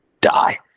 die